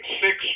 six